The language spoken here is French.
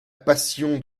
passion